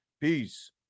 Peace